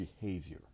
behavior